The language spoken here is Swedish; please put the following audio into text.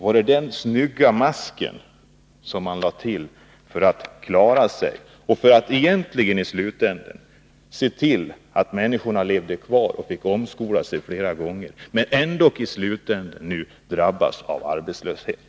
Var det den snygga masken som man anlade för att klara sig och för att se till att människorna levde kvar och fick omskola sig flera gånger men ändå i slutänden nu drabbas av arbetslöshet?